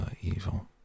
evil